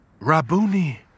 Rabuni